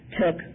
took